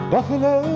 Buffalo